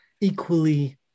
equally